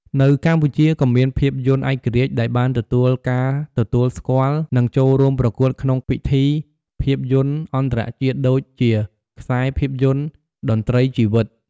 នៅកម្ពុជា ក៏មានភាពយន្តឯករាជ្យដែលបានទទួលការទទួលស្គាល់ និងចូលរួមប្រកួតក្នុងពិធីភាពយន្តអន្តរជាតិ ដូចជា ខ្សែភាពយន្ត តន្រ្តីជីវិត។